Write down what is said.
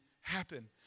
happen